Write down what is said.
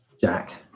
Jack